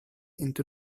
into